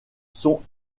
sont